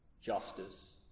justice